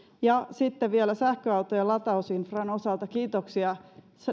ja sitten vielä sähköautojen latausinfran osalta kiitoksia